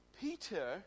Peter